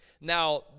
Now